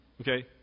Okay